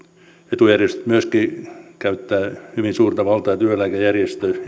etujärjestöt myöskin käyttävät hyvin suurta valtaa työeläkejärjestelmissä